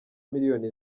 miliyoni